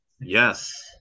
Yes